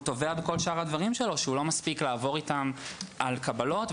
והוא טובע בכל שאר הדברים שלו שכהוא לא מספיק לעבור איתם על קבלות,